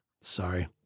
sorry